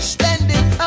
Standing